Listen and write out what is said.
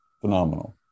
Phenomenal